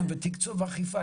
ותקצוב אכיפה.